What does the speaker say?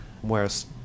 Whereas